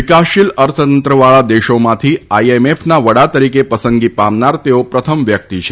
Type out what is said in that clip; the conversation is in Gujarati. વિકાસશીલ અર્થતંત્રવાળા દેશમાંથી આઈએમએફના વડા તરીકે પસંદગી પામનાર તેઓ પ્રથમ વ્યકિત છે